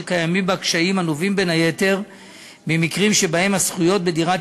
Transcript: שקיימים בה קשיים הנובעים בין היתר ממקרים שבהם הזכויות בדירת